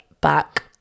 back